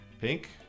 Pink